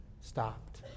stopped